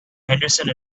henderson